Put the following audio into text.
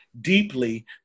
deeply